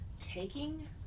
taking